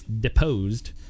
deposed